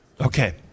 Okay